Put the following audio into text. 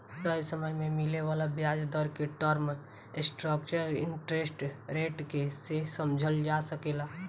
तय समय में मिले वाला ब्याज दर के टर्म स्ट्रक्चर इंटरेस्ट रेट के से समझल जा सकेला